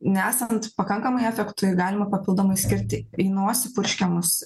nesant pakankamui efektui galima papildomai skirti į nosį purškiamus